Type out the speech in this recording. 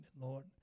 Lord